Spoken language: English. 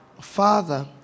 Father